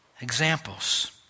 Examples